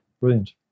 brilliant